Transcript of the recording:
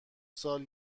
سال